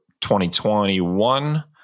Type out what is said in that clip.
2021